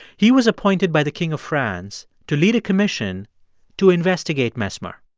he was appointed by the king of france to lead a commission to investigate mesmer.